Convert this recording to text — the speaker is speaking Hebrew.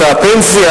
את הפנסיה,